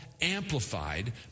amplified